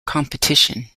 competition